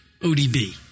ODB